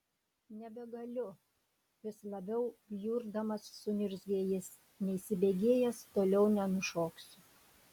nebegaliu vis labiau bjurdamas suniurzgė jis neįsibėgėjęs toliau nenušoksiu